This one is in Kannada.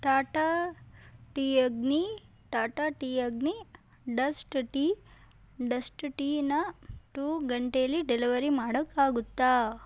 Tata tea Agni Tata tea Agni dust tea dust ಟೀನ ಟೂ ಗಂಟೆಯಲ್ಲಿ ಡೆಲವರಿ ಮಾಡೋಕ್ಕೆ ಆಗುತ್ತಾ